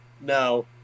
No